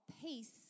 peace